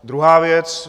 Druhá věc.